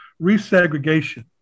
resegregation